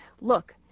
look